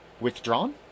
withdrawn